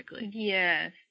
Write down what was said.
Yes